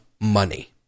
money